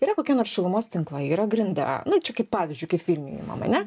yra kokie nors šilumos tinklai yra grinda nu čia kaip pavyzdžiui kaip vilniuj imam ane